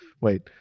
wait